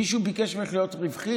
מישהו ביקש ממך להיות רווחית?